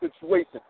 situation